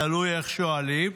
תלוי איך שואלים,